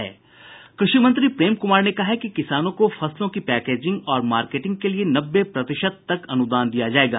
कृषि मंत्री प्रेम कुमार ने कहा है कि किसानों को फसलों की पैकेजिंग और मार्केटिंग के लिए नब्बे प्रतिशत तक अनुदान दिया जायेगा